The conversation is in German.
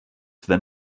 wenn